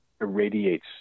irradiates